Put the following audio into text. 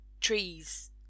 trees